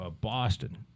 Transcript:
Boston